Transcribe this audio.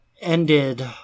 ended